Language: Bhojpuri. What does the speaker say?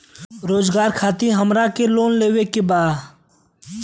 रोजगार खातीर हमरा के लोन लेवे के बा?